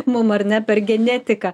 mum ar ne per genetiką